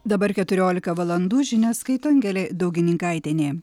dabar keturiolika valandų žinias skaito angelė daugininkaitienė